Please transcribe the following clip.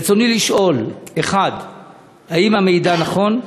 רצוני לשאול: 1. האם המידע נכון?